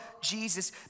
Jesus